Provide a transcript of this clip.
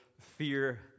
Fear